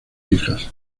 hijas